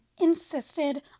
insisted